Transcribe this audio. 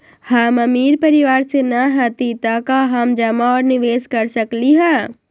हम अमीर परिवार से न हती त का हम जमा और निवेस कर सकली ह?